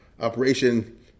Operation